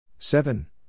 Seven